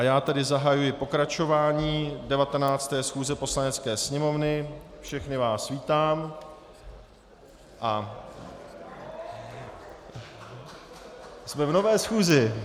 Já tedy zahajuji pokračování 19. schůze Poslanecké sněmovny, všechny vás vítám jsme v nové schůzi!